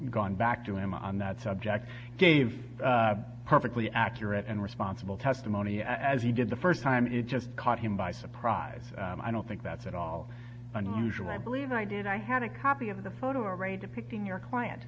gone back to him on that subject gave perfectly accurate and responsible testimony as he did the first time it just caught him by surprise i don't think that's at all unusual i believe i did i had a copy of the photo array depicting your client